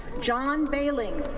john behling,